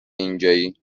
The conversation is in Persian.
اینجایی